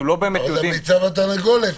זה הביצה והתרנגולת,